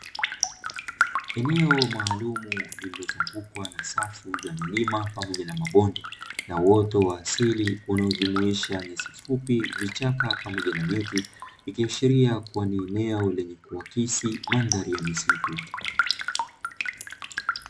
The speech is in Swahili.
Eneo maalumu limezungukwa na safu ya milima pamoja na mabonde na uoto wa asili unaojumuisha nyasi fupi, vichaka pamoja na miti, ikiashiria ni eneo lenye kuakisi mandhari ya misitu.